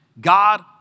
God